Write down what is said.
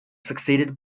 succeeded